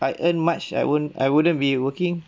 I earn much I won't I wouldn't be working